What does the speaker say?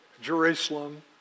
Jerusalem